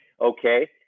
Okay